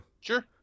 Sure